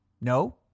No